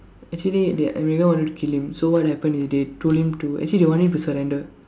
actually they America wanted to kill him so what happen is they told him to actually they want him to surrender